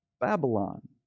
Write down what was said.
Babylon